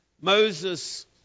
Moses